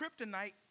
kryptonite